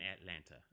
Atlanta